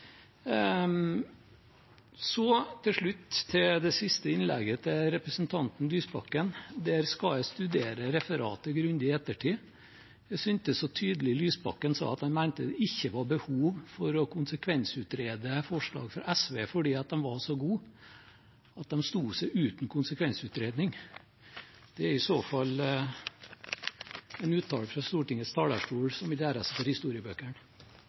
Så til slutt til det siste innlegget til representanten Lysbakken. Jeg skal studere referatet grundig i ettertid. Jeg syntes så tydelig at Lysbakken sa at han mente det ikke var behov for å konsekvensutrede forslag fra SV fordi de var så gode at de sto seg uten konsekvensutredning. Det er i så fall en uttalelse fra Stortingets talerstol som vil gjøre seg for